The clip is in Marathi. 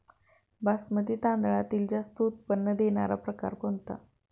बासमती तांदळातील जास्त उत्पन्न देणारा प्रकार कोणता?